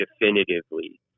definitively